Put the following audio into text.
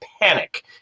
panic